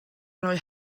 roi